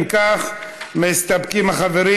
אם כך, מסתפקים החברים.